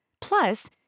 Plus